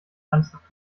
ernsthaft